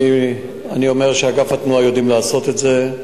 אני אומר שאגף התנועה יודעים לעשות את זה,